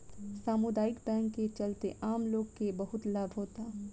सामुदायिक बैंक के चलते आम लोग के बहुत लाभ होता